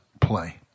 play